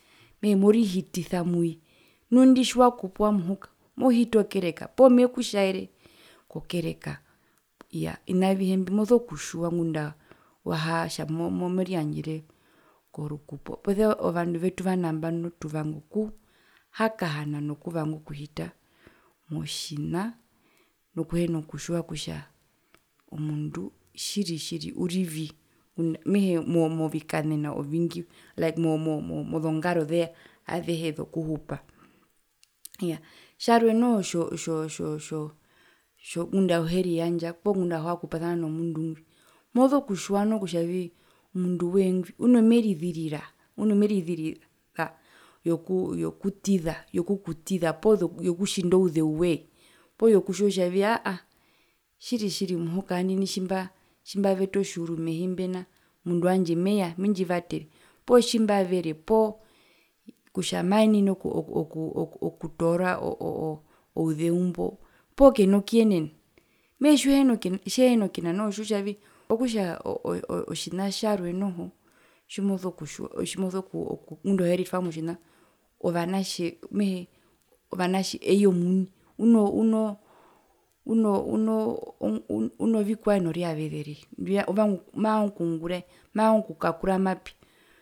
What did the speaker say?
Mehee morihitisa mwi nu indu tjiwakupwa muhuka mohiti okereka poo mekutjaere kokereka iyaa ovina avihe mbi moso kutjiwa ngunda ohaatja mo mo moriyandjere korukupo posia ovandu vetu vanambano tuvanga okuhakahana nokuvanga okuhita motjina nokuhena kutjiwa kutja omundu tjiri tjiri urivi mehee mo movikanena ovingi like momo mozongaroze azehe zokuhupa, iyaa tjarwe noho tjo tjo ngunda auheriyandja poo ngunda auhakupasana nomundu ngwi mozo kutjiwa noho kutja omunduwee ngwi uno merizirira unomerizirira yokutiza yokukutiza poo yokutjinda ouzeuwee poo yokutjiwa kutjavii aahaaa tjiri tjiri muhukaa mbwina tjimbaa tjimbavete otjiuru mehi mbena omundu wandje meya mendjivatere poo tjimbavere poo kutja maenene oku okuu okutoora oo oo o ouzeu mbo poo keno kuyenena mehee tjihekuneyenena tjehinakuyenena noho otjiwa kutjavi okutja otjina tjarwe noho tjimoso kutjiwa tjimoso ngunda auhiyeritwa motjina ovanatje mehee ovantje eye omuni unoo uno uno uno unoo onovikwae noruyavezere uvanga mavanga okungurae mavanga okukakuramapi